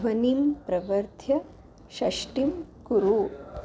ध्वनिं प्रवर्ध्य षष्टिं कुरु